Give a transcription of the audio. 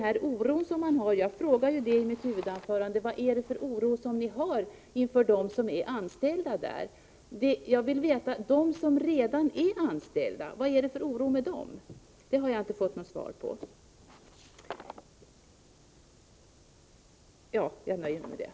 I mitt huvudanförande frågade jag vad det är för oro ni känner inför dem som är anställda inom den offentliga sektorn. De som redan är anställda, vad är det för oroande med dem? Det har jag inte fått något svar på.